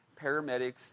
paramedics